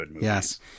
Yes